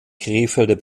krefelder